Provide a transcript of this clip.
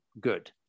good